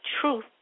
truth